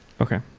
Okay